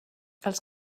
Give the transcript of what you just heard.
els